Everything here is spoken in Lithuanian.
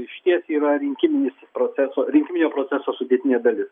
išties yra rinkiminis proceso rinkiminio proceso sudėtinė dalis